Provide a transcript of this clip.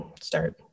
start